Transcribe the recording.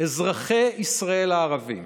אזרחי ישראל הערבים.